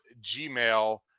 gmail